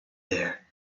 there